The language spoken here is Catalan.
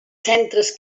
centres